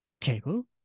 Cable